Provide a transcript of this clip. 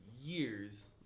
years